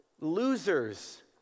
losers